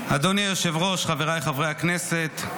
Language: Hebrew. אדוני היושב-ראש, חבריי חברי הכנסת,